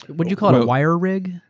what do you call it, a wire rig?